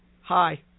Hi